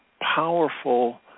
powerful